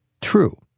True